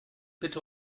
bitte